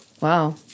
Wow